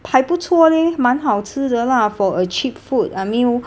还不错 leh 蛮好吃的 lah for a cheap food I mean